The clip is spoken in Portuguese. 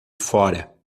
fora